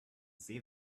see